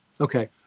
okay